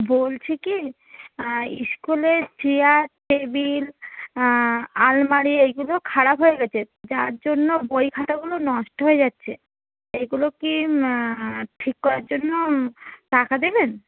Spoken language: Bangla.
বলছি কী স্কুলে চেয়ার টেবিল আলমারি এইগুলো খারাপ হয়ে গিয়েছে যার জন্য বই খাতাগুলো নষ্ট হয়ে যাচ্ছে এগুলো কি ঠিক করার জন্য টাকা দেবেন